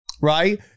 right